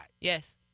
Yes